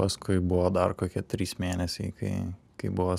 paskui buvo dar kokie trys mėnesiai kai kai buvo